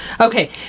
Okay